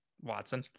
Watson